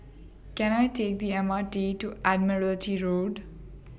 Can I Take The M R T to Admiralty Road